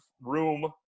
room